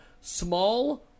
small